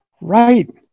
Right